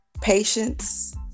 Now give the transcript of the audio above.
patience